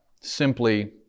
simply